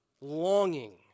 longing